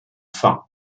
faim